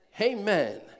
Amen